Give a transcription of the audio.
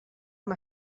amb